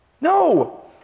no